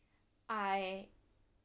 I